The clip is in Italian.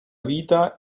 vita